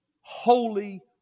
holy